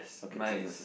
okay so that's the same